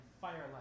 firelight